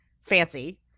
fancy